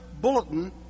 bulletin